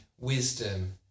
wisdom